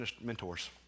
mentors